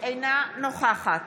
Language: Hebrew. אינה נוכחת